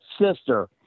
sister